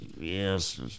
yes